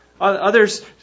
Others